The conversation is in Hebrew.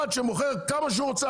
אחד שמוכר כמה שהוא רוצה?